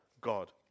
God